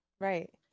Right